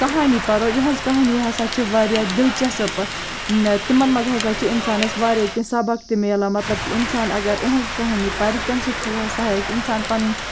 کہانی پَرَو یِہٕنٛز کہانی ہسا چھِ واریاہ دِلچَسپ تِمن منٛز ہسا چھِ اِنسانَس واریاہ کیٚنہہ سبق تہِ میلان مطلب اِنسان اگر یِہٕنٛز کہانی پَرِ تٔمۍ سۭتۍ ہسا سُہ ہیٚکہِ اِنسان پَنٕنۍ